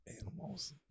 animals